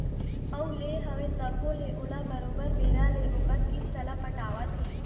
अउ ले हवय तभो ले ओला बरोबर बेरा ले ओखर किस्त ल पटावत हे